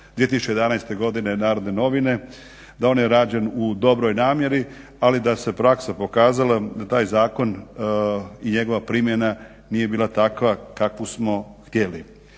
49/2011. godine Narodne novine, da on je rađen u dobroj namjeri, ali da se praksa pokazala da taj zakon i njegova primjena nije bila takva kakvu smo htjeli.